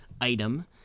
item